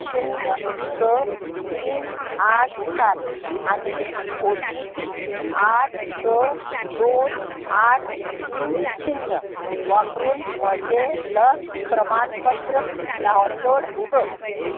शुन्य स तीन आठ सात आनी ओ टी पी आठ स दोन आठ तीन शुन्य वापरून म्हजें लस प्रमाणपत्र डावनलोड कर